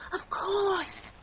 of course!